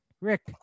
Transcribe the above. Rick